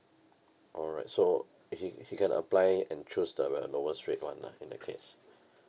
alright so uh he he can apply and choose the uh lowest rate one lah in that case